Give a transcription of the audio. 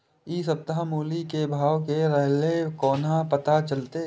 इ सप्ताह मूली के भाव की रहले कोना पता चलते?